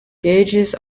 gauges